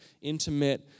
intimate